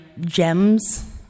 gems